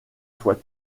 fois